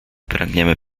pragniemy